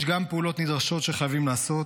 יש גם פעולות נדרשות שחייבים לעשות,